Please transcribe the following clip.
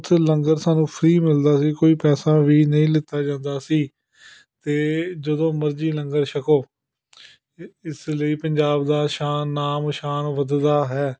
ਉੱਥੇ ਲੰਗਰ ਸਾਨੂੰ ਫਰੀ ਮਿਲਦਾ ਸੀ ਕੋਈ ਪੈਸਾ ਵੀ ਨਹੀਂ ਲਿੱਤਾ ਜਾਂਦਾ ਸੀ ਅਤੇ ਜਦੋਂ ਮਰਜ਼ੀ ਲੰਗਰ ਛਕੋ ਇ ਇਸ ਲਈ ਪੰਜਾਬ ਦਾ ਸ਼ਾਨ ਨਾਮ ਸ਼ਾਨ ਵੱਧਦਾ ਹੈ